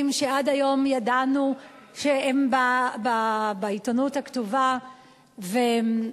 שעד היום ידענו שהם בעיתונות הכתובה והם,